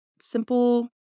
simple